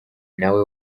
nawe